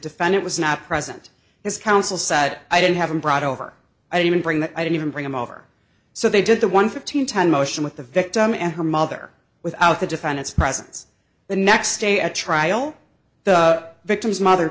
defendant was not present his counsel said i didn't have him brought over i didn't bring that i didn't even bring him over so they did the one fifteen ten motion with the victim and her mother without the defendant's presence the next day at trial the victim's mother